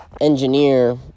engineer